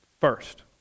first